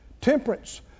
temperance